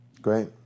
Great